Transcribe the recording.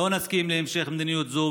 לא נסכים להמשך מדיניות זו,